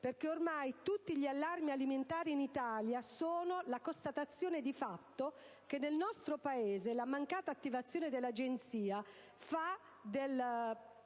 perché ormai tutti gli allarmi alimentari in Italia sono la constatazione di fatto che la mancata attivazione dell'Agenzia fa